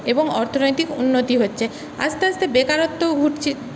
এবং অর্থনৈতিক উন্নতি হচ্ছে আস্তে আস্তে বেকারত্বও উঠছে